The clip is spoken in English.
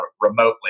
remotely